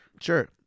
Sure